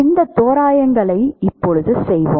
இந்த தோராயங்களைச் செய்வோம்